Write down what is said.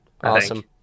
awesome